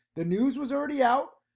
the news was already out.